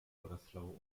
breslau